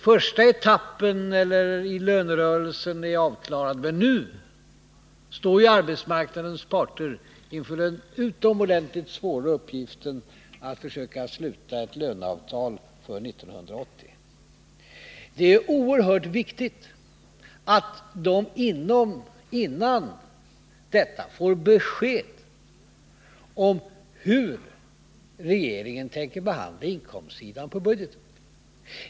Första etappen i lönerörelsen är avklarad, men nu står arbetsmarknadens parter inför den utomordentligt svåra uppgiften att försöka sluta ett löneavtal för 1980. Det är oerhört viktigt att de dessförinnan får besked om hur regeringen tänker behandla budgetens inkomstsida.